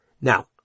Now